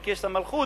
לכס המלכות,